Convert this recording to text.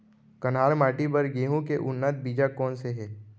कन्हार माटी बर गेहूँ के उन्नत बीजा कोन से हे?